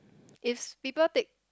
if people take